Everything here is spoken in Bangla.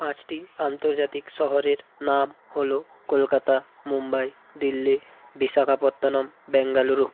পাঁচটি আন্তর্জাতিক শহরের নাম হলো কলকাতা মুম্বাই দিল্লি বিশাখাপত্তনম বেঙ্গালুরু